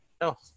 no